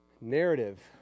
Narrative